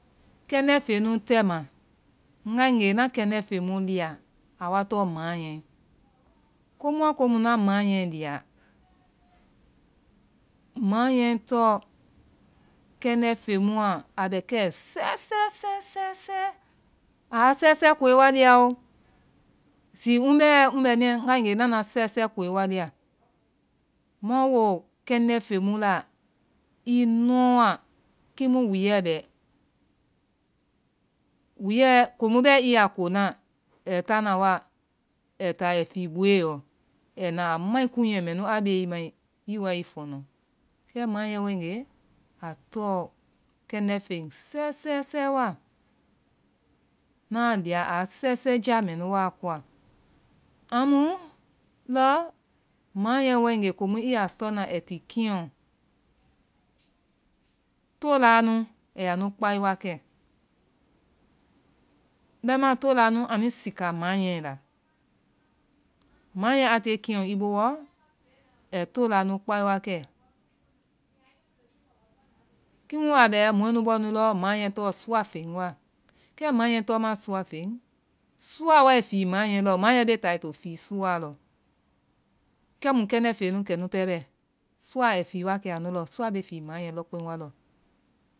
Kɛndɛ feŋɛ nu tɛmaa. ŋgagee, ŋa kɛndɛ feys mu lia, awa tɔɔ maanyae. Komua komu ŋa maanye lia, maanye tɔɔ kɛndɛ fen mua. a bɛ kɛ sɛɛ sɛɛ sɛɛ sɛɛ sɛɛ aa sɛɛ sɛɛ koe wa liaoo zi ŋ bɛɛ ŋ bɛ ninyɛ ŋa na na sɛɛ sɛɛ koe wa lia. ma woo kɛndɛ fey mu la, i nɔɔa kiimu wuluɛ bɛ. wuuyɛ komu bɛɛ i yaa konaa. ai taana wa, ai taa ai fii booe y? Ai na a mai kuunyɛ mɛnu a bee i mai, i woai fɔnɔ. Kɛ maanyae waegee, a tɔɔ kɛndɛ feŋ sɛɛ sɛɛ sɛɛ wa. yaa lia aa sɛɛ sɛɛ jaa mɛnu waa koa, amu lɔ maanyee waegee i yaa sɔna ai ti keya ɔ tolaanu ai yaanu kpai wakɛ, bɛimaa talaanu anui sika maanyee la. maanyee a tilee keŋɛ iɔ i booɔ, ai tolaa nu kpai wakɛ. kiimu a bɛ, mɔɛ nu bɔɔnu lɔ maanyee tɔɔ sua fey wa. Kɛ maanyee tɔɔ maa sua fen. sua wai fii maanyae lɔ. maanyee wa bee taa ai to fill suwaa lɔ. Kɛmu kɛndɛ feŋ nu kɛnunu pɛɛ bɛ. sua ai fii wakɛ anu iɔ. sua bee fii maanyae lɔbeŋ wa lɔ.